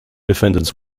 defendants